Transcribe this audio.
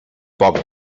poc